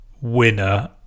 winner